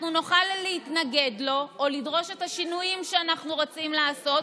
אנחנו נוכל להתנגד לו או לדרוש את השינויים שאנחנו רוצים לעשות,